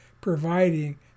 providing